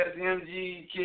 MGK